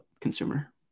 consumer